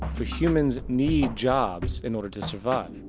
for humans need jobs in order to survive.